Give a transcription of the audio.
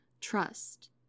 Trust